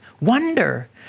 wonder